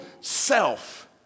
self